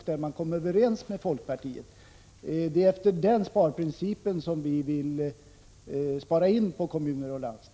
Det är enligt den principen som vi vill att det skall sparas i kommuner och landsting.